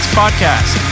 podcast